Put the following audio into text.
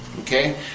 Okay